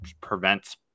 prevents